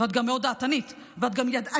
ואת גם מאוד דעתנית ואת גם ידענית,